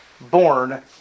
born